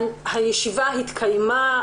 הישיבה התקיימה.